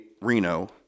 Reno